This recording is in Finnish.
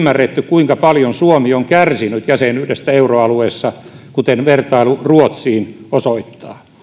ymmärretty kuinka paljon suomi on kärsinyt jäsenyydestä euroalueessa kuten vertailu ruotsiin osoittaa